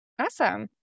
Awesome